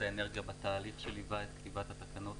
האנרגיה ליווה את התהליך של כתיבת התקנות